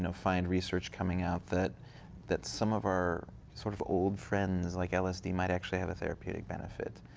and find research coming out that that some of our sort of old friends like lsd might actually have a therapeutic benefit.